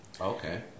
okay